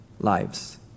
lives